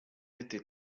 été